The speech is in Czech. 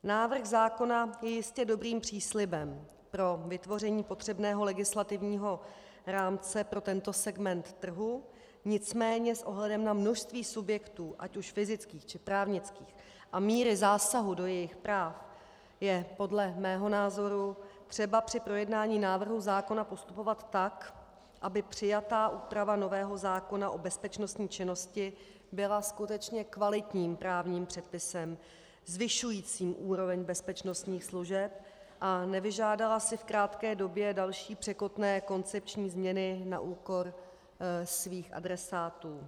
Návrh zákona je jistě dobrým příslibem pro vytvoření potřebného legislativního rámce pro tento segment trhu, nicméně s ohledem na množství subjektů, ať už fyzických, či právnických, a míru zásahu do jejich práv je podle mého názoru třeba při projednání návrhu zákona postupovat tak, aby přijatá úprava nového zákona o bezpečnostní činnosti byla skutečně kvalitním právním předpisem zvyšujícím úroveň bezpečnostních služeb a nevyžádala si v krátké době další překotné koncepční změny na úkor svých adresátů.